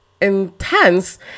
intense